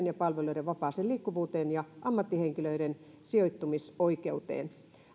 ja palveluiden vapaaseen liikkuvuuteen ja ammattihenkilöiden sijoittumisoikeuteen